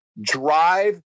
drive